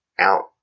out